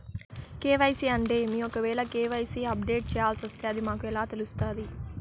KYC అంటే ఏమి? ఒకవేల కె.వై.సి అప్డేట్ చేయాల్సొస్తే అది మాకు ఎలా తెలుస్తాది?